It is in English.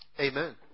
Amen